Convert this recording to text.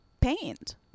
paint